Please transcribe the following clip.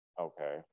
Okay